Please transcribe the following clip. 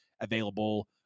available